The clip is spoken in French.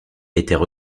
étaient